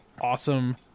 awesome